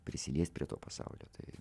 prisiliesti prie to pasaulio tai